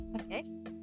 Okay